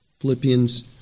Philippians